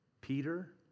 Peter